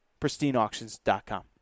pristineauctions.com